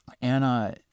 Anna